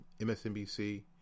MSNBC